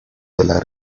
della